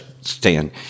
stand